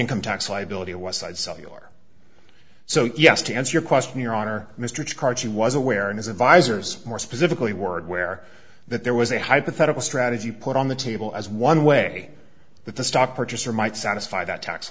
income tax liability of westside cellular so yes to answer your question your honor mr carty was aware of his advisors more specifically word where that there was a hypothetical strategy put on the table as one way that the stock purchaser might satisfy that tax